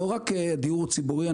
לא רק על דיור ציבורי,